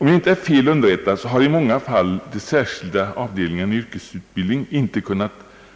Om jag inte är fel underrättad har i många fall de särskilda avdelningarna i yrkesutbildning inte kunnat